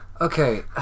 Okay